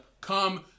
come